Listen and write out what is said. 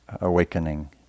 awakening